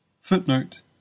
Footnote